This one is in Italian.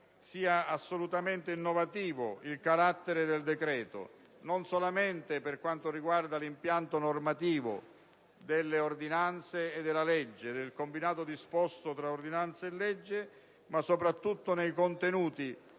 sia assolutamente innovativo il carattere del decreto-legge, non solamente per quanto riguarda l'impianto normativo delle ordinanze e della legge (ossia del combinato disposto tra ordinanza e legge), ma soprattutto con